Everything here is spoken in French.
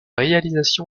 réalisation